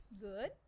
Good